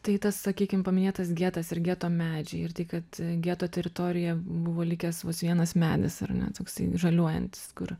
tai tas sakykim paminėtas getas ir geto medžiai ir tai kad geto teritorija buvo likęs vos vienas medis ar ne toksai žaliuojantis kur